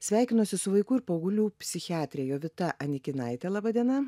sveikinosi su vaikų ir paauglių psichiatre jovita anikinaite laba diena